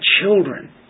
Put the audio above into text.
children